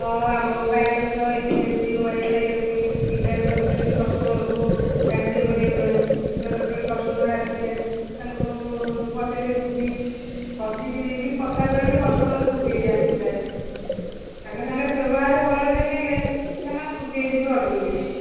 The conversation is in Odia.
ହଁ ଆମ ବ୍ୟାଙ୍କରେ ତ ଏସି ଅଛି ୱାଇଫାଇ ଅଛି ପିଲା ବି ଅଛନ୍ତି କଷ୍ଟମରଙ୍କୁ ହ୍ୟାଣ୍ଡେଲ କରିବାପାଇଁ ଧର କେହି କଷ୍ଟମର ଆସିଲେ ତାଙ୍କୁ ପଚାରି ବୁଝି ହସିକରି ବି କଥା କହିଲେ କଷ୍ଟମର ଖୁସି ହେଇଯାନ୍ତି ପ୍ରାୟ ତାଙ୍କ ସାଙ୍ଗରେ ବ୍ୟବହାର ଭଲ ଦେଖେଇଲେ ସେମାନେ ଖୁସି ହେଇଯିବେ ଅଟୋମ୍ୟାଟିକ